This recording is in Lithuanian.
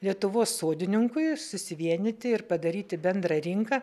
lietuvos sodininkui susivienyti ir padaryti bendrą rinką